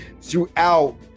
throughout